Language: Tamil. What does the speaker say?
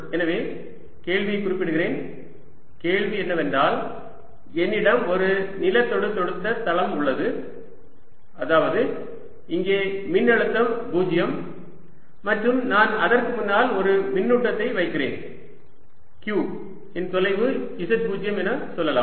எனவே கேள்வியை குறிப்பிடுகிறேன் கேள்வி என்னவென்றால் என்னிடம் ஒரு நிலத்தொடுதொடுத்த தளம் உள்ளது அதாவது இங்கே மின்னழுத்தம் 0 மற்றும் நான் அதற்கு முன்னால் ஒரு மின்னூட்டத்தை வைக்கிறேன் q இன் தொலைவு z0 என சொல்லலாம்